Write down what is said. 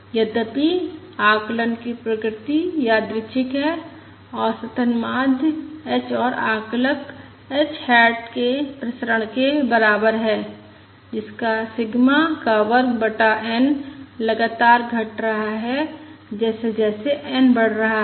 यद्यपि आकलन की प्रकृति यादृच्छिक है औसतन माध्य h और आकलक h हैट के प्रसरण के बराबर हैं जिसका सिग्मा का वर्ग बटा N लगातार घट रहा है जैसे जैसे n बढ़ रहा है